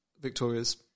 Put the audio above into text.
Victoria's